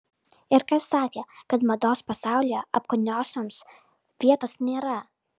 ir kas sakė kad mados pasaulyje apkūniosioms vietos nėra